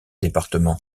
département